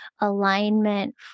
alignment